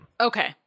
okay